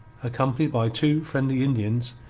accompanied by two friendly indians,